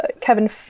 Kevin